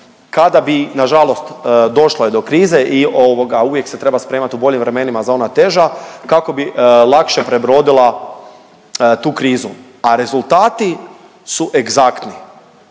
Kada bi, nažalost došlo je do krize i ovoga uvijek se treba spremat u boljim vremenima za ona teža, kako bi lakše prebrodila tu krizu, a rezultati su egzaktni